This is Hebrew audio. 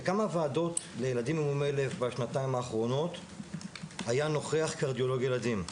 בכמה ועדות לילדים עם מומי לב בשנתיים האחרונות נכח קרדיולוג ילדים?